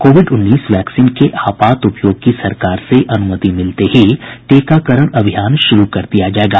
Covid उन्नीस vaccine के आपात उपयोग की सरकार से अनुमति मिलते ही टीकाकरण अभियान शुरू कर दिया जाएगा